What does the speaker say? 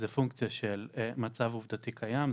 זה פונקציה של מצב עובדתי קיים,